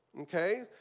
Okay